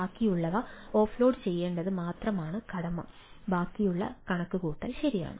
ബാക്കിയുള്ളവ ഓഫ്ലോഡ് ചെയ്യേണ്ടത് മാത്രമാണ് കടമ ബാക്കിയുള്ള കണക്കുകൂട്ടൽ ശരിയാണ്